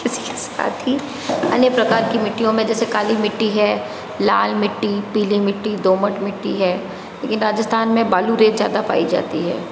इसके साथी ही अन्य प्रकार की मिट्टीयों में जैसे काली मिट्टी है लाल मिट्टी पीली मिट्टी दोमट मिट्टी है लेकिन राजस्थान में बालू रेत ज़्यादा पाई जाती है